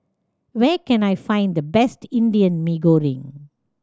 where can I find the best Indian Mee Goreng